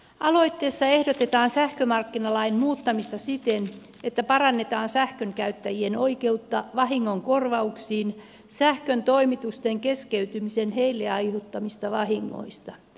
aloitteessa ehdotetaan sähkömarkkinalain muuttamista siten että parannetaan sähkönkäyttäjien oikeutta vahingonkor vauksiin sähkön toimitusten keskeytymisen heille aiheuttamista vahingoista